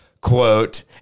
quote